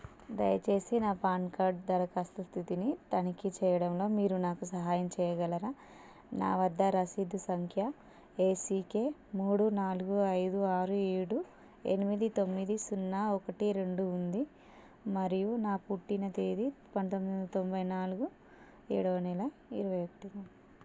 దయచేసి నా PAN card దరఖాస్తు స్థితిని తనిఖీ చేయడంలో మీరు నాకు సహాయం చేయగలరా నా వద్ద రసీదు సంఖ్య ఏసికె మూడు నాలుగు ఐదు ఆరు ఏడు ఎనిమిది తొమ్మిది సున్నా ఒకటి రెండు ఉంది మరియు నా పుట్టిన తేదీ పంతొమ్మిది వందల తొంభై నాలుగు ఏడవ నెల ఇరవై ఒకటిన